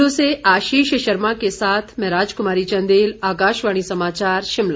कुल्लू से आशीष शर्मा के साथ मैं राजकुमारी चंदेल आकाशवाणी समाचार शिमला